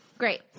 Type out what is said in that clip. Great